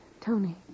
Tony